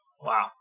Wow